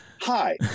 hi